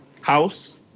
house